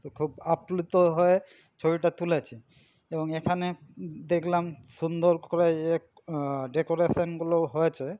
খুব আপ্লুত হয়ে ছবিটা তুলেছি এবং এখানে দেখলাম সুন্দর করে ডেকোরেশনগুলোও হয়েছে